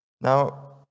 Now